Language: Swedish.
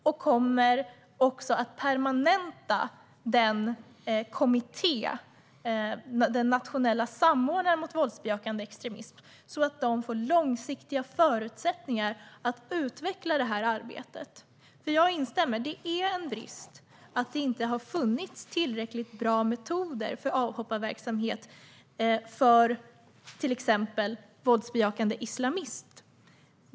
Vi kommer också att permanenta kommittén och den nationella samordnaren mot våldbejakande extremism så att de får långsiktiga förutsättningar att utveckla arbetet. Jag instämmer i att det är en brist att det inte har funnits tillräckligt bra metoder för avhopparverksamhet för till exempel våldsbejakande islamism.